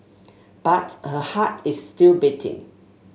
but her heart is still beating